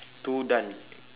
two done